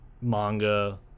manga